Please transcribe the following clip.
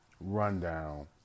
rundown